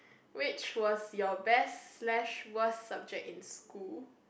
which was your best slash worst subject in school